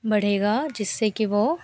बढ़ेगा जिससे कि वह